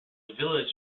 village